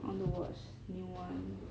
I want to watch new [one]